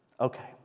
Okay